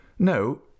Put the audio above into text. No